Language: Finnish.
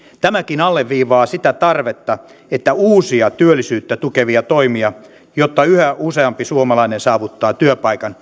tämäkin alleviivaa sitä tarvetta että uusia työllisyyttä tukevia toimia pitää tehdä jotta yhä useampi suomalainen saavuttaa työpaikan